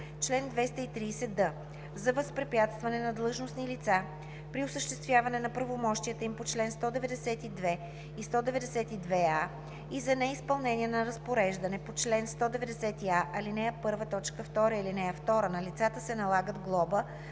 „Чл. 230д. За възпрепятстване на длъжностни лица при осъществяване на правомощията им по чл. 192 и 192а и за неизпълнение на разпореждане по чл. 192а, ал. 1, т. 2 и ал. 2 на лицата се налага глоба,